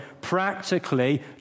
Practically